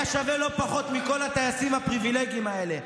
היה שווה לא פחות מכל הטייסים הפריבילגים האלה.